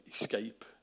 escape